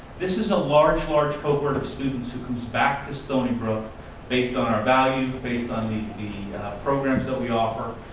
this is a large, large cohort of students who comes back to stony brook based on our value, based on the the programs that we offer,